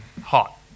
Hot